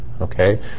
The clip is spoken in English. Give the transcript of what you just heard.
Okay